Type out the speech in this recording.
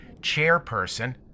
chairperson